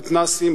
מתנ"סים,